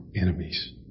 enemies